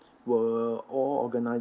will all organization